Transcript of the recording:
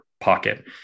pocket